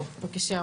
בבקשה.